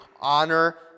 honor